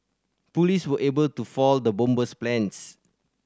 police were able to foil the bomber's plans